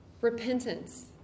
Repentance